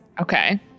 Okay